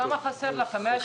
כמה חסר לכם?